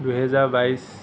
দুহেজাৰ বাইছ